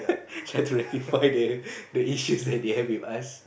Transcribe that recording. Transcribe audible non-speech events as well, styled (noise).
(laughs) try to rectify the the issue that they have with us